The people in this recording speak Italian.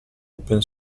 open